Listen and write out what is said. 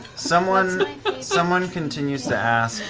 someone someone continues to ask.